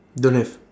don't have